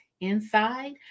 inside